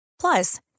Plus